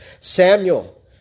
Samuel